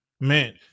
Man